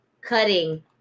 cutting